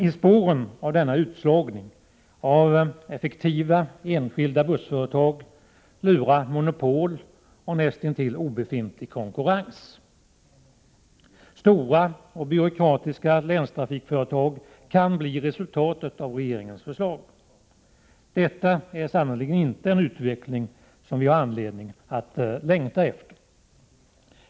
I spåren av denna utslagning av effektiva enskilda bussföretag lurar monopol och näst intill obefintlig konkurrens. Stora och byråkratiska länstrafikföretag kan bli resultatet av regeringens förslag. Detta är sannerligen inte en utveckling, som vi har anledning att längta efter.